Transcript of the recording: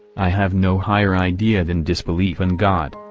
i have no higher idea than disbelief in god.